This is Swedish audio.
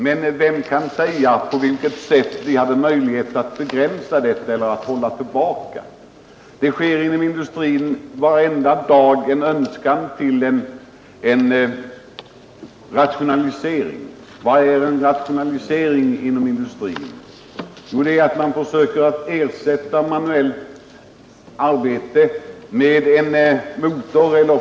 Men vem kan säga på vilket sätt vi hade möjlighet att begränsa eller hålla tillbaka den? Det pågår inom industrin varje dag en strävan till rationalisering. Vad är en rationalisering inom industrin? Jo, man försöker ersätta manuellt arbete med motorer.